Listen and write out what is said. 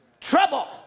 trouble